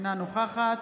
אינה נוכחת